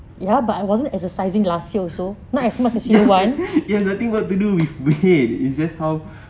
ya but nothing was to do with head it just how